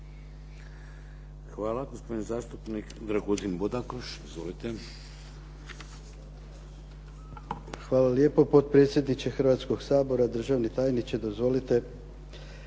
Hvala. Gospodin zastupnik Dragutin Bodakoš. Izvolite. **Bodakoš, Dragutin (SDP)** Hvala lijepo potpredsjedniče Hrvatskog sabora, državni tajniče. Dozvolite